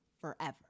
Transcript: forever